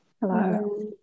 Hello